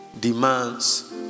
demands